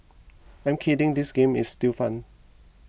I'm kidding this game is still fun